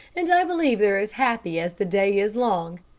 and i believe they're as happy as the day is long.